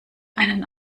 einen